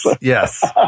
yes